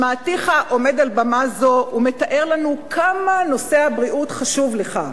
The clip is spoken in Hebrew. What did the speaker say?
שמעתיך עומד על במה זאת ומתאר לנו כמה נושא הבריאות חשוב לך.